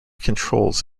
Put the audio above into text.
controls